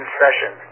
session